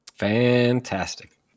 fantastic